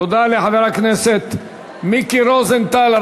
תודה לחבר הכנסת מיקי רוזנטל.